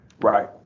right